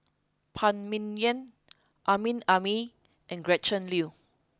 Phan Ming Yen Amrin Amin and Gretchen Liu